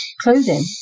clothing